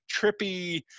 trippy